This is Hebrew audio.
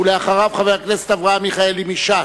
ואחריו, חבר הכנסת אברהם מיכאלי מש"ס.